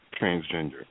transgender